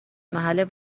محل